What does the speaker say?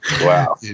Wow